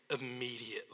immediately